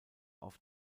auf